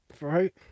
Right